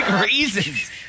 reasons